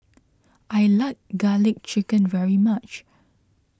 I like Garlic Chicken very much